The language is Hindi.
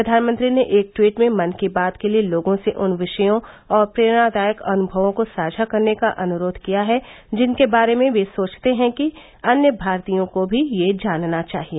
प्रधानमंत्री ने एक ट्वीट में मन की बात के लिए लोगों से उन विषयों और प्रेरणादायक अनुभवों को साझा करने का अनुरोध किया है जिनके बारे में वे सोचते हैं कि अन्य भारतीयों को भी यह जानना चाहिए